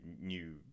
new